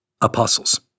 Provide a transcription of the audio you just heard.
Apostles